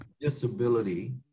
disability